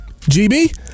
GB